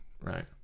right